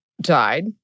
died